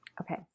Okay